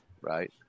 Right